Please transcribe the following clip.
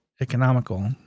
economical